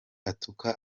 atuka